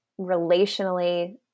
relationally